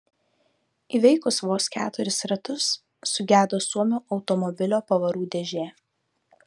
įveikus vos keturis ratus sugedo suomio automobilio pavarų dėžė